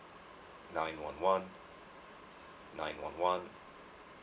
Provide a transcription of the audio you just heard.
nine one one nine one one